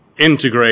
integrate